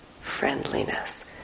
friendliness